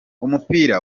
umupira